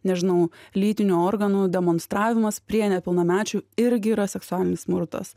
nežinau lytinių organų demonstravimas prie nepilnamečių irgi yra seksualinis smurtas